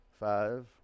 Five